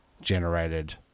generated